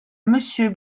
monsieur